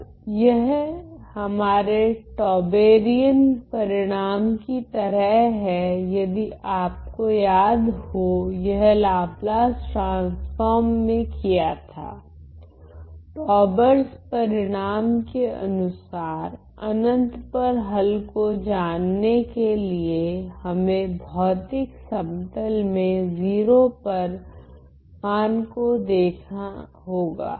अब यह हमारे टौबेरियन परिणाम की तरह है यदि आपको याद हो यह लाप्लास ट्रांसफोर्म में किया था टौबेर्स परिणाम के अनुसार अनंत पर हल को जानने के लिए हमे भौतिक समतल में 0 पर मान को देखना होगा